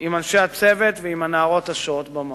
עם אנשי הצוות ועם הנערות השוהות במקום.